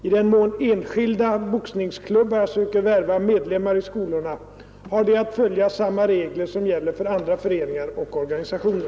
I den mån enskilda boxningsklubbar söker värva medlemmar i skolorna har de att följa samma regler som gäller för andra föreningar och organisationer.